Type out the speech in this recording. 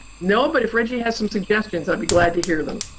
no, but if reggie has some suggestions, i'd be glad to hear them.